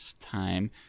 time